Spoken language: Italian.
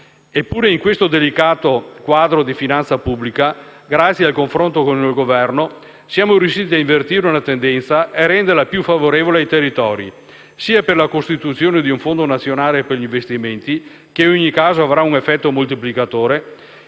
Pure in un quadro delicato di finanza pubblica, grazie al confronto con il Governo, siamo riusciti ad invertire una tendenza e a renderla più favorevole ai territori, sia per la costituzione di un fondo nazionale per gli investimenti che, in ogni caso, avrà un effetto moltiplicatore,